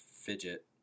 Fidget